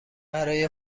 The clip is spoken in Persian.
برای